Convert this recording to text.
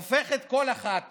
הופכת כל אחת